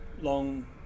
long